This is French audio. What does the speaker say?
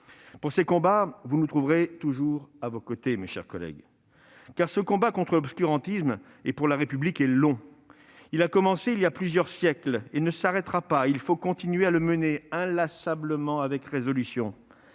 Pour ces combats, vous nous trouverez toujours à vos côtés. Car ce combat contre l'obscurantisme et pour la République est long. Il a commencé il y a plusieurs siècles et ne s'arrêtera pas. Il faut continuer à le mener, inlassablement, avec résolution.